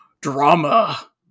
drama